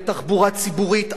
תחבורה ציבורית,